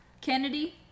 Kennedy